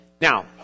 Now